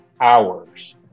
hours